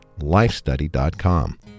Lifestudy.com